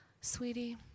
sweetie